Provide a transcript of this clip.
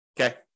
Okay